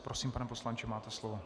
Prosím, pane poslanče, máte slovo.